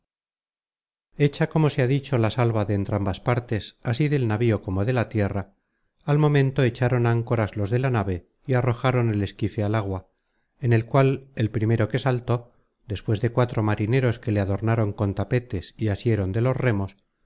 hecha como se ha dicho la salva de entrambas partes así del navío como de la tierra al momento echaron anco ras los de la nave y arrojaron el esquife al agua en el cual el primero que saltó despues de cuatro marineros que le adornaron con tapetes y asieron de los remos